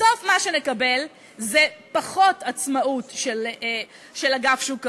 בסוף, מה שנקבל זה פחות עצמאות של אגף שוק ההון.